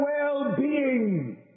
well-being